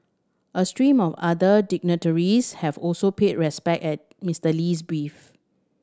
a stream of other dignitaries have also paid respect at Mister Lee's brief